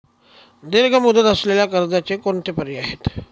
दीर्घ मुदत असलेल्या कर्जाचे कोणते पर्याय आहे?